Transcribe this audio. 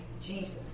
Jesus